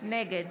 נגד